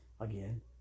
Again